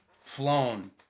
flown